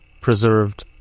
preserved